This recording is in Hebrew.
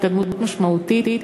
התקדמות משמעותית,